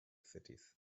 cities